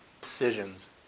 Decisions